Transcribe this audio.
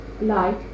light